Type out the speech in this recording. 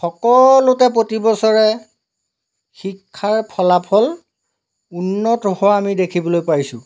সকলোতে প্ৰতিবছৰে শিক্ষাৰ ফলাফল উন্নত হোৱা আমি দেখিবলৈ পাইছোঁ